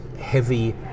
heavy